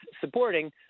supporting